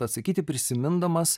atsakyti prisimindamas